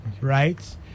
right